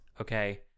okay